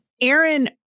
Aaron